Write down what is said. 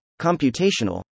computational